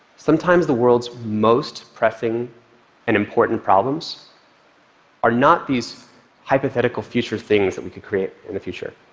sometimes the world's most pressing and important problems are not these hypothetical future things that we could create in the future.